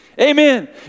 Amen